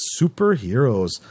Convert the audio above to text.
superheroes